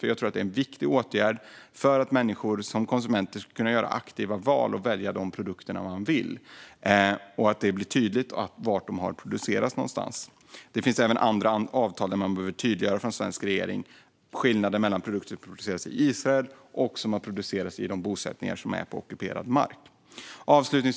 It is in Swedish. Jag tror att det är en viktig åtgärd för att människor som konsumenter ska kunna göra aktiva val och välja de produkter man vill ha. Det blir på det här sättet tydligt var någonstans de har producerats. Det finns även andra avtal där den svenska regeringen behöver tydliggöra skillnaden mellan produkter som har producerats i Israel och produkter som har producerats i bosättningar på ockuperad mark. Fru talman!